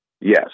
Yes